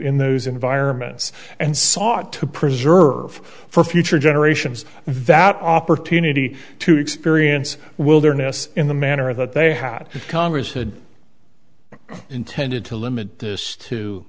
in those environments and sought to preserve for future generations that opportunity to experience wilderness in the manner that they had congress and intended to limit this to